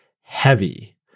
heavy